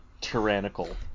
tyrannical